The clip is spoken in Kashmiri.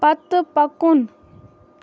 پتہٕ پکُن